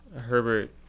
Herbert